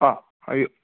ꯑ ꯍꯥꯏꯕꯤꯌꯨ